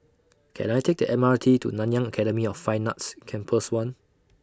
Can I Take The M R T to Nanyang Academy of Fine Arts Campus one